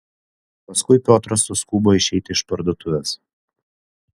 paskui piotras suskubo išeiti iš parduotuvės